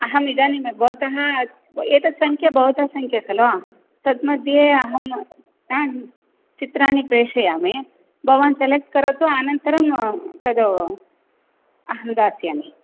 अहं इदानीं भवतः एतत् सङ्ख्या भवतः सङ्ख्या खलु तद् मध्ये अहं चित्राणि प्रेषयामि भवान् सेलेक्ट् करोतु अनन्तरं तद् अहं दास्यामि